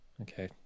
okay